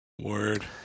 Word